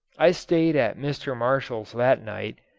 i stayed at mr. marshall's that night,